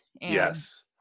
Yes